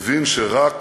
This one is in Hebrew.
מבין שרק